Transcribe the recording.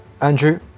Andrew